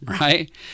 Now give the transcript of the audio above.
right